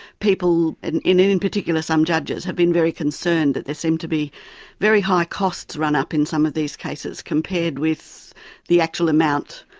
people, and in in particular some judges, have been very concerned that there seems to be very high costs run up in some of these cases compared with the actual amount,